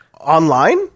online